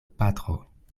patro